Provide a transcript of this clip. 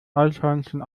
eichhörnchen